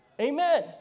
Amen